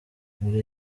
muri